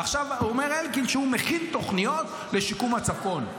עכשיו אומר אלקין שהוא מכין תוכניות לשיקום הצפון,